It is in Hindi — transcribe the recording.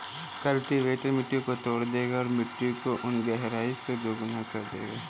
कल्टीवेटर मिट्टी को तोड़ देगा और मिट्टी को उन गहराई से दोगुना कर देगा